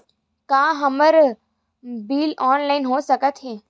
का हमर bill online हो सकत हे?